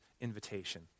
invitation